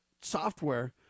software